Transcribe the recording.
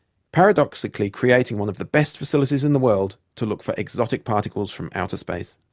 paradoxically creating one of the best facilities in the world to look for exotic particles from outer space.